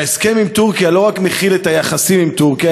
ההסכם עם טורקיה לא רק מכיל את היחסים עם טורקיה,